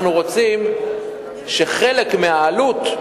אנחנו רוצים שחלק מהעלות,